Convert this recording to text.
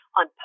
on